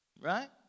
Right